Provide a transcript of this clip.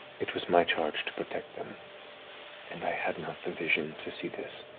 it was my charge to protect them and i had not the vision to see this.